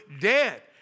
dead